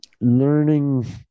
learning